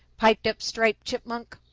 piped up striped chipmunk.